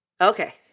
Okay